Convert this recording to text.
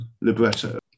Libretto